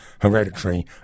hereditary